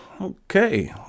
Okay